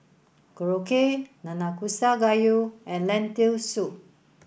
Korokke Nanakusa Gayu and Lentil Soup